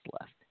left